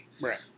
Right